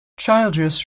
childress